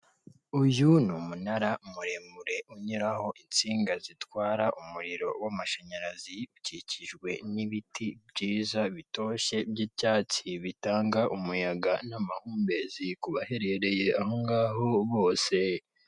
Uyu ni umunara muremure unyuraho insinga zitwara umuriro w'amashanyarazi, ukikijwe n'ibiti byiza, bitoshye, by'icyatsi, bitanga umuyaga n'amahumbezi ku baherereye ahongaho bose.